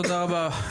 תודה רבה.